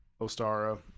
ostara